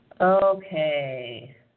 Okay